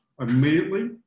immediately